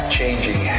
changing